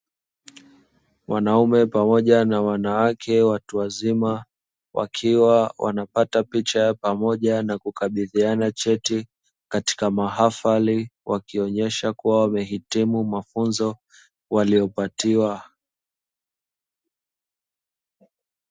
Wanaume pamoja na wanawake watu wazima, wakiwa wanapata picha ya pamoja na kukabidhiana cheti katika mahafali wakionyesha kuwa wamehitimu mafunzo waliopatiwa.